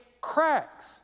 cracks